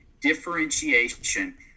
Differentiation